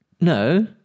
No